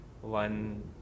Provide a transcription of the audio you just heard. one